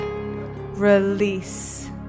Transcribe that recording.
Release